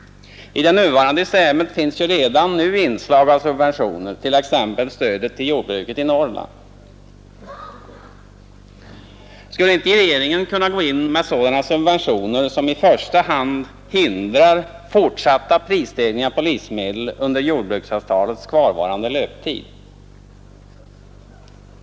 I det nuvarande systemet finns redan nu inslag av subventioner, t.ex. stödet till jordbruket i Norrland. Skulle inte regeringen kunna gå in med sådana subventioner, som i första hand hindrar fortsatta prisstegringar på livsmedel under jordbruksavtalets kvarvarande löptid?